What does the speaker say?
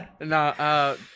no